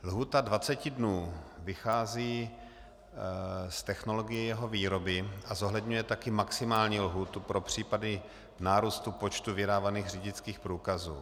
Lhůta 20 dnů vychází z technologie jeho výroby a zohledňuje také maximální lhůtu pro případy nárůstu počtu vydávaných řidičských průkazů.